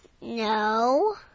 No